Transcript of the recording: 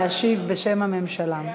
להשיב בשם הממשלה.